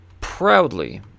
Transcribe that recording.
Proudly